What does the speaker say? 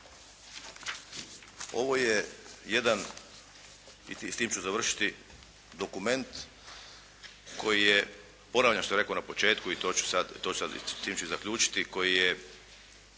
ovo je jedan i s tim ću završiti dokument koji je, ponavljam što je rekao na početku i to ću sad i s tim ću i zaključiti koji je